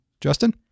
Justin